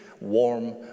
warm